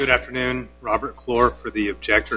good afternoon robert chlor for the object